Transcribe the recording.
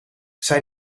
zij